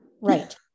Right